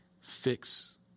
fix